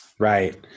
Right